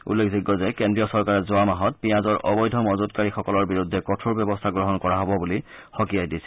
উল্লেখযোগ্য যে কেন্দ্ৰীয় চৰকাৰে যোৱা মাহত পিয়াজৰ অবৈধ মজুতকাৰীসকলৰ বিৰুদ্ধে কঠোৰ ব্যৱস্থা গ্ৰহণ কৰা হ'ব বুলি সকীয়াই দিছিল